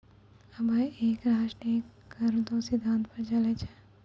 अबै कर एक राष्ट्र एक कर रो सिद्धांत पर चलै छै